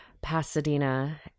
Pasadena